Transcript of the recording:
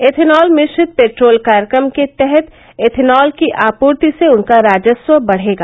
ethanol मिश्रित petrol कार्यक्रम के तहत एथेनॉल की आपूर्ति से उनका राजस्व बढ़ेगा